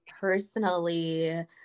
personally